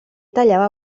tallava